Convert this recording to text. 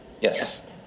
Yes